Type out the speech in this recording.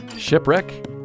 Shipwreck